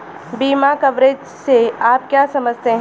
बीमा कवरेज से आप क्या समझते हैं?